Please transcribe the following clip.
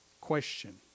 question